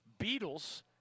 Beatles